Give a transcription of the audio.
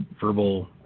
verbal